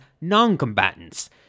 non-combatants